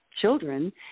children